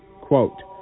Quote